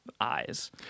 eyes